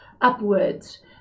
upwards